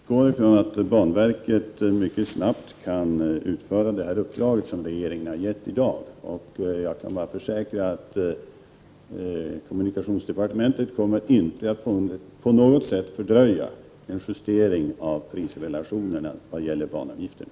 Herr talman! Jag utgår från att banverket mycket snabbt kan utföra det uppdrag som regeringen i dag har gett. Jag kan bara försäkra att kommunika tionsdepartementet inte på något sätt kommer att fördröja en justering av prisrelationerna i vad gäller banavgifterna.